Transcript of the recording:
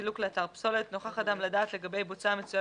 "13.סילוק לאתר פסולת נוכח אדם לדעת לגבי בוצה המצויה